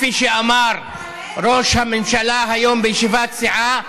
כפי שאמר ראש הממשלה היום בישיבת סיעה,